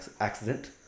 accident